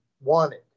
wanted